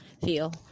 feel